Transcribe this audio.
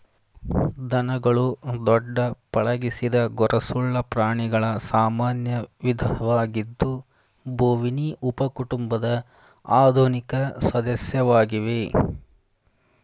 ದನಗಳು ದೊಡ್ಡ ಪಳಗಿಸಿದ ಗೊರಸುಳ್ಳ ಪ್ರಾಣಿಗಳ ಸಾಮಾನ್ಯ ವಿಧವಾಗಿದ್ದು ಬೋವಿನಿ ಉಪಕುಟುಂಬದ ಆಧುನಿಕ ಸದಸ್ಯವಾಗಿವೆ